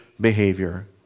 behavior